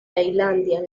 tailandia